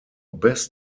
best